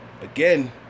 Again